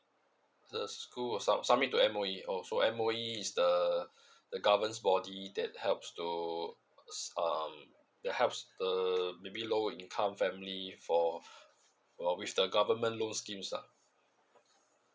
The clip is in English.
the school will sub~ submit to M_O_E oo so M O E is the the governments body that help to um they helps the below income family for with the government loans scheme ah